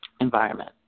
environment